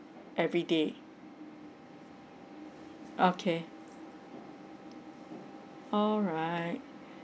everyday okay alright